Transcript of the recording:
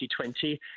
2020